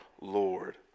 Lord